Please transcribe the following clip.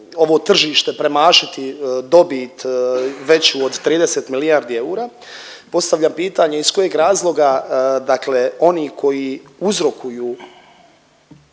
ovo tržište premašiti dobit veću od 30 milijardi eura postavljam pitanje iz kojeg razloga dakle oni koji uzrokuju